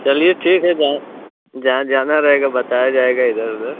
चलिए ठीक है जहाँ जाना रहेगा बताया जाएगा इधर उधर